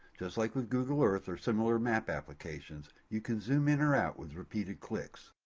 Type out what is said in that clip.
just like with google earth or similar map applications, you can zoom in or out with repeated clicks.